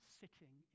sitting